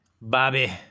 Bobby